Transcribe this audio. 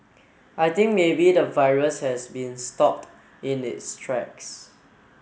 I think maybe the virus has been stopped in its tracks